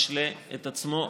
משלה את עצמו.